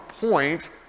point